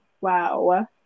Wow